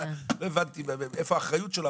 לא הבנתי איפה האחריות שלו,